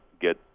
get